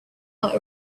are